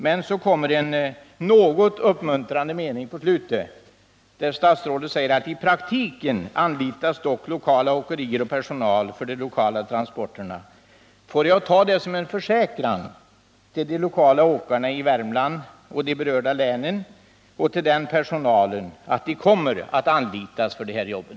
Men så kommer en något uppmuntrande mening på slutet, där statsrådet säger: ”I praktiken anlitas dock lokala åkerier och lokal personal för de lokala transporterna.” Får jag ta detta som en försäkran till de lokala åkerierna i Värmland och övriga berörda län och till deras personal att de kommer att anlitas för de här jobben?